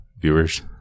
viewers